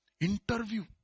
Interview